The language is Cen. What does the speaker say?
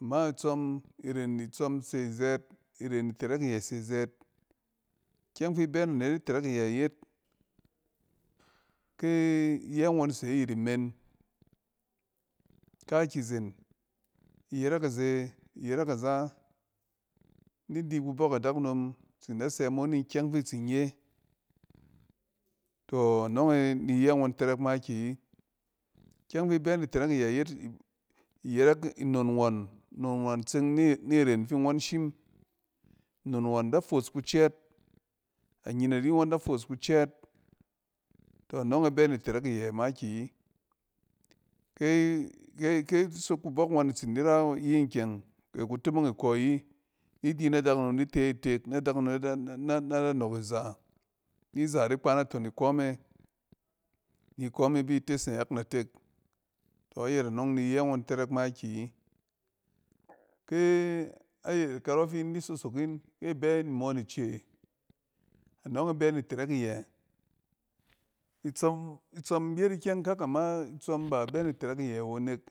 Ama itsↄm, iren itsↄm se zɛɛt, iren itɛreɛk iyɛ yet, ke iyɛ ngↄn se naton imen kɛɛtizen, iyɛrɛk aze, iyɛrɛk aza, ni di kubↄk adakunom tsin da sɛ mo ni ikyɛng fi tsin nye. Tↄ, anↄng ẻ ni iyɛ ngↄn tɛrɛk makiyi. Ikyɛng fi bɛ ni tɛrɛk iyɛ yet, iyɛreɛk nnon ngↄn, nnon ngↄn da foos kucɛɛt, annyinari ngↄn da foos kucɛɛt, annyinari ngↄn ẻ bɛ ni tɛrɛk iyɛ makiyi. Ke-ke-ke sok kubↄk ngↄn itsin di ra iyin kyɛng, ke kutomong ikↄ ayi, ni di na dakunom di te tek, na dakunom na-na nada nↄk iza. Ni iza di kpa naton ikↄ me, ni iko me bi tes nayak natek. Tↄ ayɛt anↄng ni iyɛ ngↄn tsrsk makiyi. Ke-ayɛt karↄ fi yin di sosok yin, ke bɛ yin imoon ice, anↄng e bɛ ni tɛrsk iyɛ. itsↄm, itsↄm yet ikyɛngkak, ama itsↄm, ba bɛ ni tɛrɛk iyɛ awo nek.